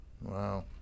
Wow